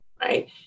right